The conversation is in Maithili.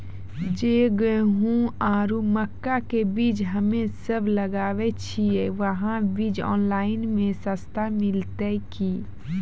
जे गेहूँ आरु मक्का के बीज हमे सब लगावे छिये वहा बीज ऑनलाइन मे सस्ता मिलते की?